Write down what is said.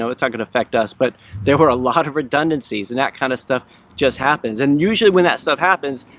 it's not gonna affect us, but there were a lot of redundancies and that kind of stuff just happens. and usually when that stuff happens,